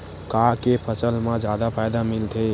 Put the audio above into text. का के फसल मा जादा फ़ायदा मिलथे?